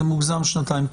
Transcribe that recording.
זה מוגזם שנתיים.